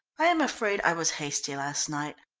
i am afraid i was hasty last night.